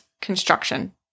construction